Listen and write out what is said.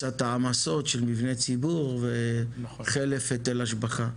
קצת העמסות של מבני ציבור, וחלף היטל השבחה.